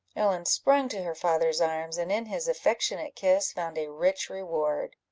ellen sprung to her father's arms, and in his affectionate kiss found a rich reward.